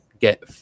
get